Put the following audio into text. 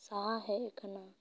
ᱥᱟᱦᱟ ᱦᱮᱡ ᱟᱠᱟᱱᱟ